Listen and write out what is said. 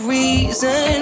reason